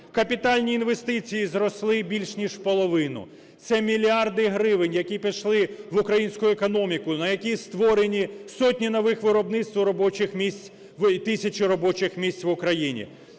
Капітальні інвестиції зросли більш ніж в половину. Це мільярди гривень, які пішли в українську економіку, на якій створені сотні нових виробництв і робочих місць, тисячі робочих місць в Україні.